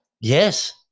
Yes